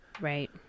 right